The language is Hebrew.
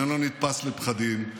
אני לא נתפס לפחדים,